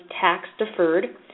tax-deferred